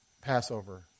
Passover